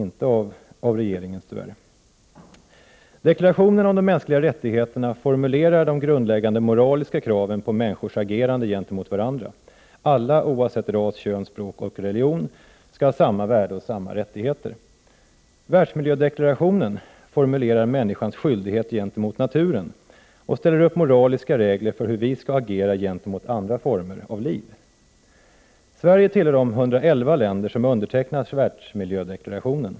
I deklarationen om de mänskliga rättigheterna formuleras de grundläggande moraliska kraven på människors agerande gentemot varandra; alla — oavsett ras, kön, språk, religion — skall ha samma värde och samma rättigheter. I världsmiljödeklarationen formuleras människans skyldigheter gentemot naturen och ställs upp moraliska regler för hur vi skall agera gentemot andra former av liv. Sverige är ett av de länder som undertecknat världsmiljödeklarationen.